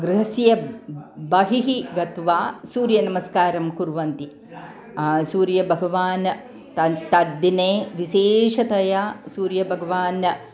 गृहस्य बहिः गत्वा सूर्यनमस्कारं कुर्वन्ति सूर्यभगवान् तन् तद्दिने विशेषतया सूर्यभगवान्